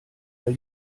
weil